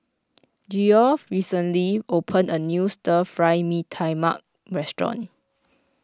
Geoff recently opened a new Stir Fry Mee Tai Mak restaurant